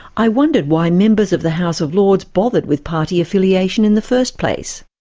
i wondered why members of the house of lords bothered with party affiliation in the first place.